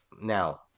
Now